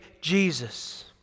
Jesus